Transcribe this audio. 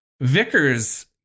Vickers